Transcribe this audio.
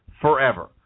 forever